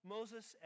Moses